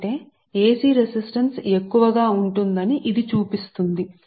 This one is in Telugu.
అంటే DC రెసిస్టెన్స్ కంటే ఎసి రెసిస్టెన్స్ ఎక్కువగా ఉందని ఇది చూపిస్తుంది